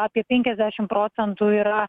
apie penkiasdešim procentų yra